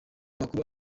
makuru